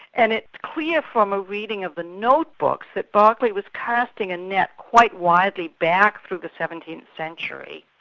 and it's clear from a reading of the notebooks that berkeley was casting a net quite widely back through the seventeenth century,